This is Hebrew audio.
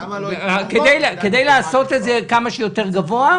כדי לעשות את זה כמה שיותר גבוה,